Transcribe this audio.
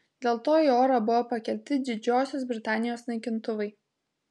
dėl to į orą buvo pakelti didžiosios britanijos naikintuvai